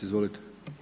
Izvolite.